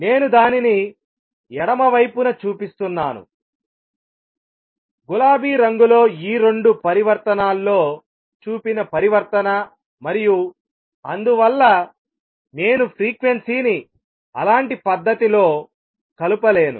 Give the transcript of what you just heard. నేను దానిని ఎడమ వైపున చూపిస్తున్నాను గులాబీ రంగులో ఈ రెండు పరివర్తనాల్లో చూపిన పరివర్తన మరియు అందువల్ల నేను ఫ్రీక్వెన్సీని అలాంటి పద్ధతిలో కలపలేను